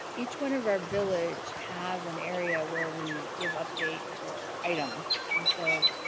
each one of our village has an area where we give updates or items and so